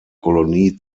kolonie